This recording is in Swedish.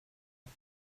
ett